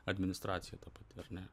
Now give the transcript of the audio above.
administracija ta pati ar ne